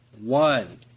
one